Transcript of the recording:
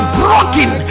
broken